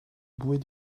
bouée